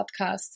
podcast